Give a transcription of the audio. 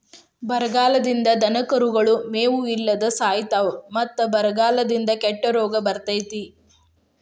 ಬರಗಾಲದಿಂದ ದನಕರುಗಳು ಮೇವು ಇಲ್ಲದ ಸಾಯಿತಾವ ಮತ್ತ ಬರಗಾಲದಿಂದ ಕೆಟ್ಟ ರೋಗ ಬರ್ತೈತಿ